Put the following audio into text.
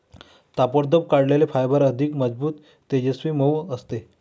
ताबडतोब काढलेले फायबर अधिक मजबूत, तेजस्वी, मऊ असते